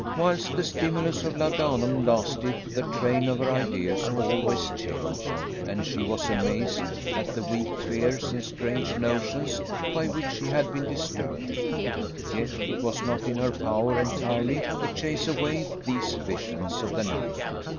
whilst the stimulus of laudanum lasted, the train of her ideas always changed, and she was amazed at the weak fears and strange notions by which she had been disturbed yet it was not in her power entirely to chase away these visions of the night,